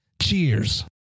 Cheers